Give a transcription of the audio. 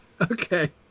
okay